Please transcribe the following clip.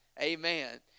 Amen